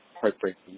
heartbreaking